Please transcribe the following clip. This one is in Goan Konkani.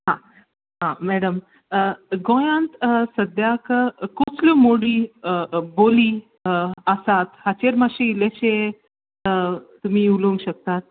हां आं मॅडम गोंयांत सद्द्याक कसल्यो मोडी बोली आसात हेचेर मातशी इल्लेशें तुमी उलोवंक शकतात